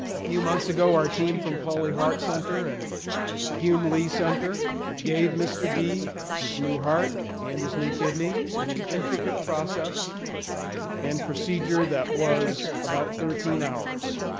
a few months ago, our team from pauley heart center and hume-lee center gave mr. d his new heart and his new kidney in an intricate process and procedure that was about thirteen hours.